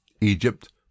Egypt